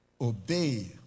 obey